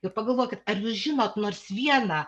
i pagalvokit ar jūs žinot nors vieną